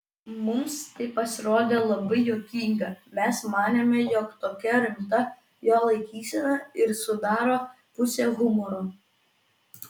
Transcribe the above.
mums tai pasirodė labai juokinga mes manėme jog tokia rimta jo laikysena ir sudaro pusę humoro